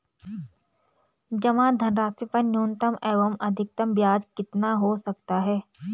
जमा धनराशि पर न्यूनतम एवं अधिकतम ब्याज कितना हो सकता है?